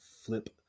flip